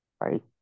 right